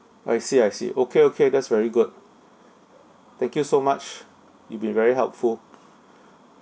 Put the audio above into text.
I see I see okay okay that's very good thank you so much you've been very helpful